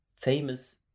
famous